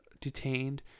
detained